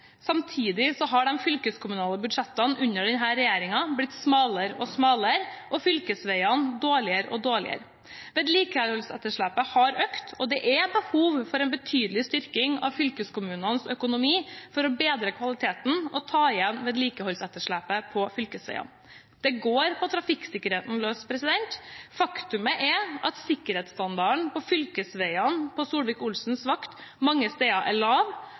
Samtidig har de fylkeskommunale budsjettene under denne regjeringen blitt smalere og smalere og fylkesvegene dårligere og dårligere. Vedlikeholdsetterslepet har økt, og det er behov for en betydelig styrking av fylkeskommunenes økonomi for å bedre kvaliteten og ta igjen vedlikeholdsetterslepet på fylkesvegene. Det går på trafikksikkerheten løs. Faktum er at sikkerhetsstandarden på fylkesvegene på Solvik-Olsens vakt mange steder er lav,